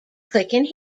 clicking